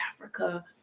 Africa